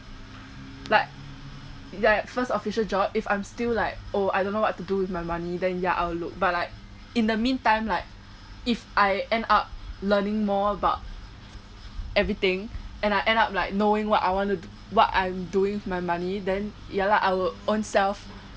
like ya first official job if I'm still like oh I don't know what to do with my money than ya I will look but like in the mean time like if I end up learning more about everything and I end up like knowing what I wanna do what I'm doing with my money then ya lah I will own self